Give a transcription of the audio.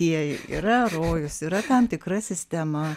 jei yra rojus yra tam tikra sistema